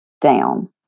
down